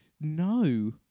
No